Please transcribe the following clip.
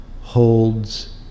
holds